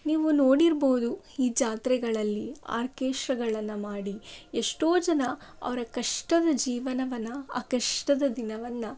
ನೀವು ನೋಡಿರ್ಬೋದು ಈ ಜಾತ್ರೆಗಳಲ್ಲಿ ಆರ್ಕೆಸ್ಟ್ರಾಗಳನ್ನು ಮಾಡಿ ಎಷ್ಟೋ ಜನ ಅವರ ಕಷ್ಟದ ಜೀವನವನ್ನು ಆ ಕಷ್ಟದ ದಿನವನ್ನು